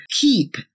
keep